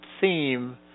theme